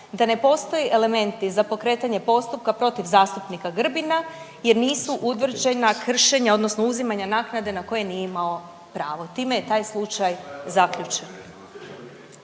da ne postoje elementi za pokretanje postupka protiv zastupnika Grbina jer nisu utvrđena kršenja, odnosno uzimanja naknade na koje nije imao pravo i time je taj slučaj zaključen.